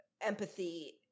empathy